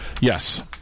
Yes